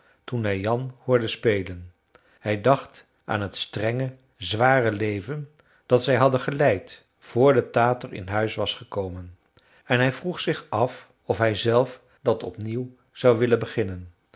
toen hij jan hoorde spelen hij dacht aan het strenge zware leven dat zij hadden geleid vr de tater in huis was gekomen en hij vroeg zich af of hij zelf dat opnieuw zou willen beginnen